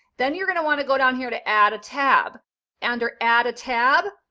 then you're going to want to go down here to add a tab and or add a tab.